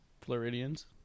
Floridians